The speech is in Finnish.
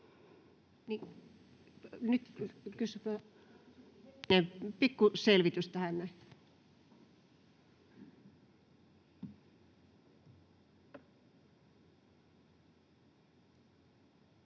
pikku selvitys tähän